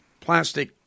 plastic